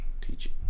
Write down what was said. teaching